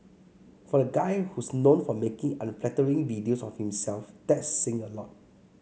for a guy who's known for making unflattering videos of himself that's saying a lot